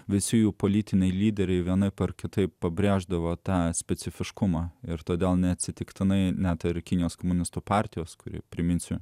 visi jų politiniai lyderiai vienaip ar kitaip pabrėždavo tą specifiškumą ir todėl neatsitiktinai net ir kinijos komunistų partijos kuri priminsiu